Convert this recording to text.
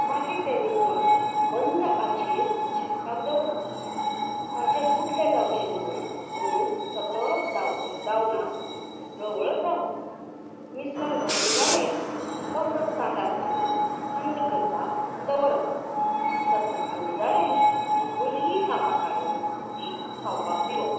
मागीर तें मिसळ मंद आंचयेर शिजपाक दवरप ताचे गुठले जावचे न्हय म्हणून सतत धावलान धवलत रावप मिसळ घट्ट जालें की पसत ताटांत घालून थंड करपाक दवरप सत्व थंड जालें की बरी कापा काडून तीं खावपाक दिवप